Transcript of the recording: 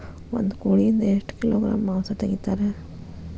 ಒಂದು ಕೋಳಿಯಿಂದ ಎಷ್ಟು ಕಿಲೋಗ್ರಾಂ ಮಾಂಸ ತೆಗಿತಾರ?